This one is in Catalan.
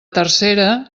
tercera